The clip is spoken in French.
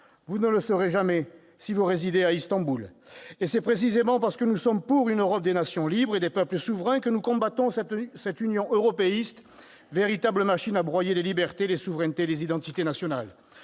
vous ne le serez jamais si vous résidez à Istanbul ! C'est précisément parce que nous sommes pour une Europe des nations libres et des peuples souverains que nous combattons cette Union « européiste », véritable machine à broyer les libertés, les souverainetés, les identités nationales.